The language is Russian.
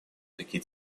такие